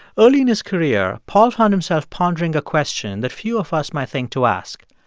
early in his career, paul found himself pondering a question that few of us might think to ask.